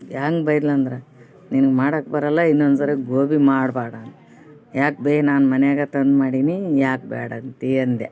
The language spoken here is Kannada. ಹೆಂಗ್ ಬೈದ್ಳು ಅಂದ್ರೆ ನಿನಗೆ ಮಾಡಕ್ಕೆ ಬರೋಲ್ಲ ಇನ್ನೊಂದು ಸಾರಿ ಗೋಬಿ ಮಾಡ್ಬೇಡ ಯಾಕೆ ಬೆ ನಾನು ಮನೆಯಾಗ ತಂದು ಮಾಡೀನಿ ಯಾಕೆ ಬೇಡಂತಿ ಅಂದೆ